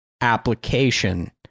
application